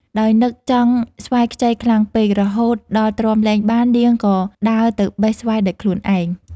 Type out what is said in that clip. ដោយនឹកចង់ស្វាយខ្ចីខ្លាំងពេករហូតដល់ទ្រាំលែងបាន នាងក៏ដើរទៅបេះស្វាយដោយខ្លួនឯង ។